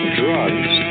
drugs